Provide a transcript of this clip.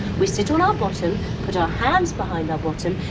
we sit on our bottom, put our hands behind our bottom,